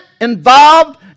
involved